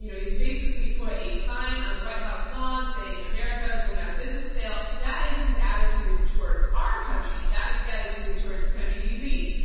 you know he's basically put a sign on the white house lawn saying america, going out of business sale. that is his attitude towards our country. that is the attitude toward the country he leads,